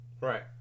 Right